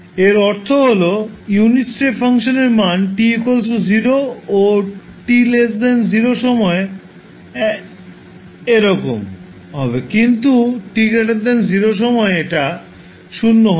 এর অর্থ হল ইউনিট স্টেপ ফাংশনের মান t0 ও t0 সময়ে এরকম হবে কিন্তু t0 সময়ে এটা 0 হয়